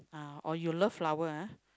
ah or you love flower ah